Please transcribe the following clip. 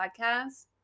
podcast